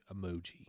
emoji